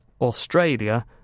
australia